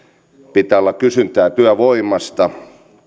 pitää olla kysyntää työvoimasta se liittyy hyvin